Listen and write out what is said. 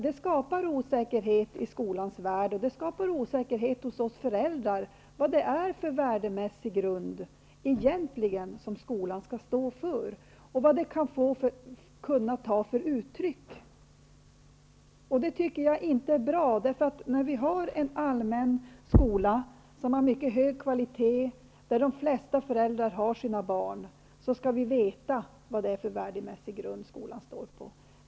Det skapar osäkerhet i skolans värld och osäkerhet hos oss föräldrar om vilken värdemässig grund som skolan skall stå på och vilka uttryck detta kan få. Detta tycker jag inte är bra. När vi har en allmän skola med en mycket hög kvalitet, där de flesta föräldrar har sina barn, skall vi veta på vilken värdemässig grund skolan står.